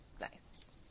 Nice